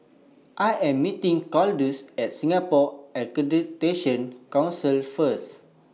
I Am meeting Claudius At Singapore Accreditation Council First